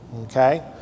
Okay